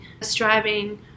striving